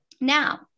Now